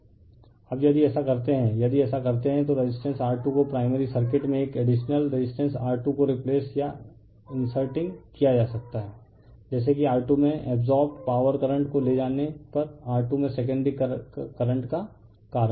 refer slide time 2335 अब यदि ऐसा करते हैं यदि ऐसा करते हैं तो रेसिस्टेंस R2 को प्राइमरी सर्किट में एक एडीशनल रेसिस्टेंस R2 को रिप्लेस या इन्सेर्टिंग किया जा सकता है जैसे कि R2 में अब्सोर्बड पॉवर करंट को ले जाने पर R2 में सेकेंडरी करंट का कारण हैं